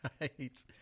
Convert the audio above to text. Right